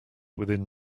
within